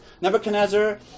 Nebuchadnezzar